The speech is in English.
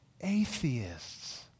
atheists